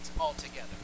altogether